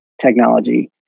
technology